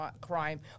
crime